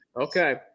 Okay